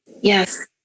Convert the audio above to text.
Yes